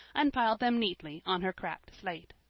and piled them neatly on her cracked slate.